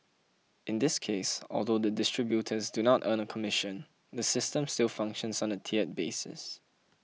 in this case although the distributors do not earn a commission the system still functions on a tiered basis